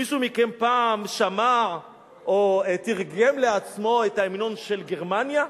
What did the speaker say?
מישהו מכם פעם שמע או תרגם לעצמו את ההמנון של גרמניה?